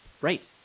Right